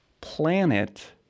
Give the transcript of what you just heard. planet